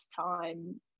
time